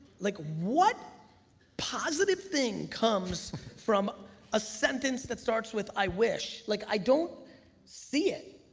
like what positive thing comes from a sentence that starts with i wish? like i don't see it.